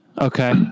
Okay